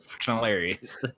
hilarious